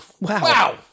Wow